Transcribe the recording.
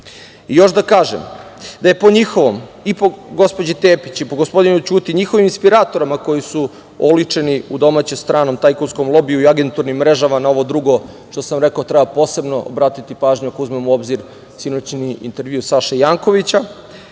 da kažem da je po njihovom i po gospođi Tepić i po gospodinu Ćuti, njihovim inspiratorima koji su oličeni u domaćem stranom tajkunskom lobiju i agenturnim mrežama, na ovo drugo što sam rekao treba posebno obratiti pažnju, ako uzmemo u obzir sinoćni intervju Saše Jankovića.